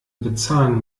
bezahlen